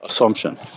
assumption